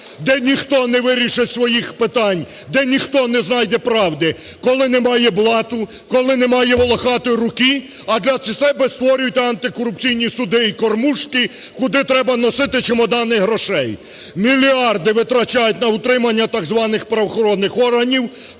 де ніхто не вирішить своїх питань, де ніхто не знайде правди, коли немає блату, коли немає "волохатої" руки. А для себе створюєте антикорупційні суди і кормушки, куди треба носити чемоданы грошей. Мільярди витрачають на утримання так званих правоохоронних органів,